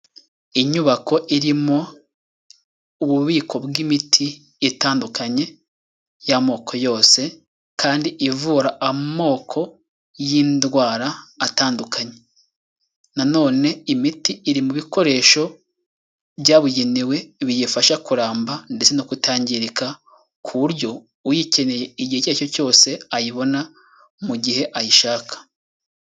Inyubako irimo ububiko bw'imiti itandukanye y'amoko yose kandi ivura amoko y'indwara atandukanye nanone imiti iri mu bikoresho byabugenewe biyifasha kuramba ndetse no kutangirika ku buryo uyikeneye igihe icyo ari cyo cyose ayibona mu gihe ayishaka.